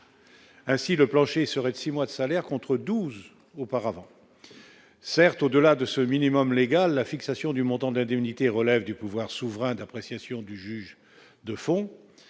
Ainsi, le plancher serait de 6 mois de salaire contre 12 auparavant certes au-delà de ce minimum légal la fixation du montant de l'indemnité relève du pouvoir souverain d'appréciation du juge de fond